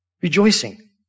rejoicing